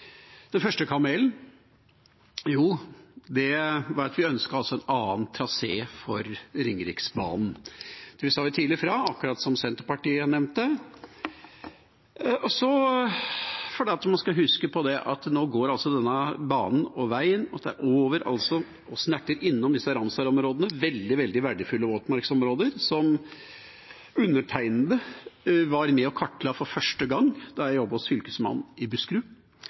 Den første kamelen var at vi ønsket en annen trasé for Ringeriksbanen. Det sa vi tidlig fra om, akkurat som Senterpartiet nevnte, for man skal huske at nå går denne banen og veien over og snerter innom disse Ramsar-områdene – veldig, veldig verdifulle våtmarksområder som undertegnede var med og kartla for første gang da jeg jobbet hos Fylkesmannen i Buskerud.